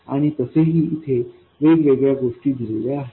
आणि तसेही इथे वेगवेगळ्या गोष्टी दिलेल्या आहेत